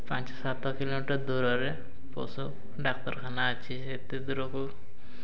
ପାଞ୍ଚ ସାତ କିଲୋମିଟର୍ ଦୂରରେ ପଶୁ ଡ଼ାକ୍ତରଖାନା ଅଛି ସେତେ ଦୂରକୁ